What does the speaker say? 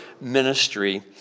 ministry